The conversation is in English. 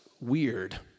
weird